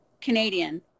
canadian